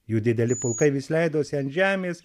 jų dideli pulkai vis leidosi ant žemės